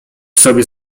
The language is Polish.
sobie